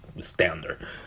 standard